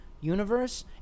universe